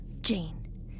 Jane